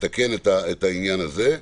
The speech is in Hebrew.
לתקן את העניין הזה.